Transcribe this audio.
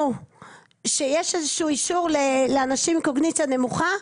שיש איזשהו אישור לאנשים עם קוגניציה נמוכה.